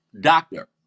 doctor